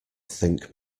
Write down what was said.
think